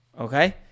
Okay